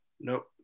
Nope